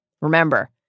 remember